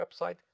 website